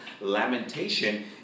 Lamentation